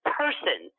person